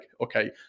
okay